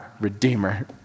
redeemer